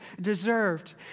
deserved